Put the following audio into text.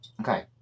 Okay